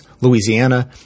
Louisiana